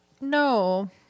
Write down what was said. no